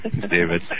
David